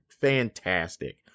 fantastic